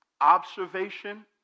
Observation